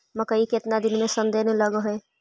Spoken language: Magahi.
मकइ केतना दिन में शन देने लग है?